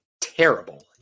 terrible